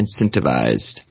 incentivized